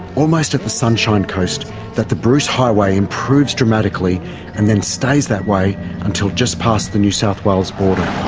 almost at the sunshine coast that the bruce highway improves dramatically and then stays that way until just past the new south wales border.